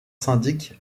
syndic